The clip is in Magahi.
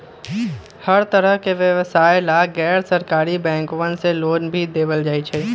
हर तरह के व्यवसाय ला गैर सरकारी बैंकवन मे लोन भी देवल जाहई